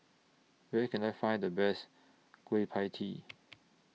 Where Can I Find The Best Kueh PIE Tee